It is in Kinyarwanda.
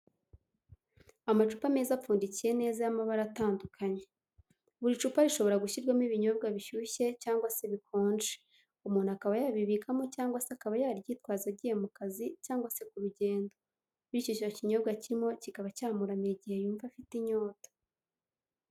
Amacupa meza apfundikiye neza y'amabara atandukanye, buri cupa rishobora gushyirwamo ibinyobwa bishushye cyangwa se bikonje umuntu akaba yabibikamo cyangwa se akaba yaryitwaza agiye mu kazi cyangwa se ku rugendo, bityo icyo kinyobwa kirimo kikaba cyamuramira igihe yumva afite inyota.